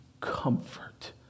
comfort